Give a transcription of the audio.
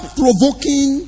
provoking